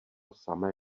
samé